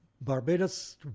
Barbados